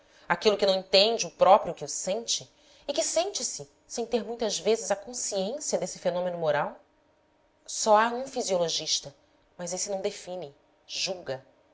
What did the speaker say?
aquilo que não entende o próprio que o sente e que sente-se sem ter muitas vezes a consciência desse fenômeno moral só há um fisiologista mas esse não define julga